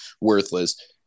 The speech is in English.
worthless